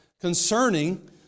concerning